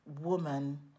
woman